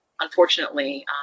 unfortunately